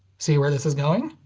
see where this is going?